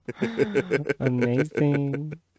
amazing